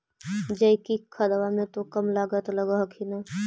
जैकिक खदबा मे तो कम लागत लग हखिन न?